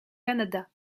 canada